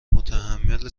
متحمل